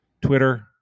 Twitter